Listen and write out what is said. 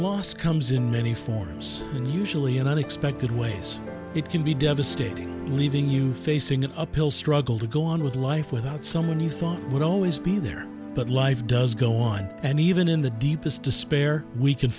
loss comes in many forms and usually in unexpected ways it can be devastating leaving you facing an uphill struggle to go on with life without someone you thought would always be there but life does go on and even in the deepest despair we can